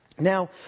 Now